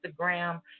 Instagram